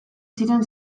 ziren